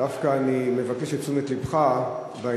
דווקא אני מבקש את תשומת לבך בעניין.